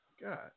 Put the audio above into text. God